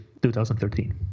2013